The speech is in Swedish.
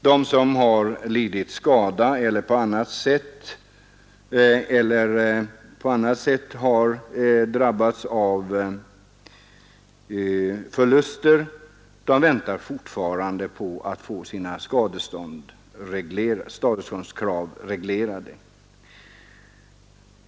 De som har lidit skada eller på annat sätt har drabbats av förluster väntar fortfarande på att få sina skadeståndskrav reglerade.